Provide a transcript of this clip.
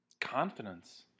confidence